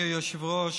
אדוני היושב-ראש,